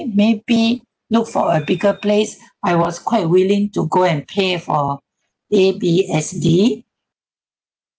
maybe look for a bigger place I was quite willing to go and pay for A_B_S_D